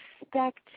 expect